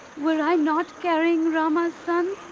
were i not carrying rama's sons,